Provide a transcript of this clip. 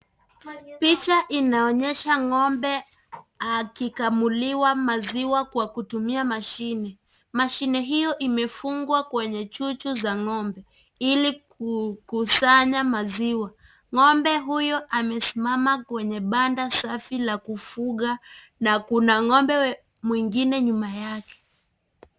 Picha inaonyesha ng'ombe akikamuliwa maziwa kwa kutumia mashine. Mashine hiyo imefungwa kwenye chuchu za ng'ombe, ili kukusanya maziwa. Ng'ombe huyo amesimama kwenye banda safi la kufuga na kuna ng'ombe mwingine nyuma yake.